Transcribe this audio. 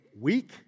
weak